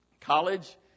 college